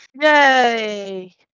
Yay